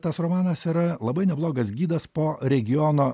tas romanas yra labai neblogas gidas po regiono